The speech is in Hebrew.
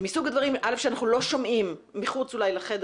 וזה מסוג הדברים שאנחנו לא שומעים מחוץ אולי לחדר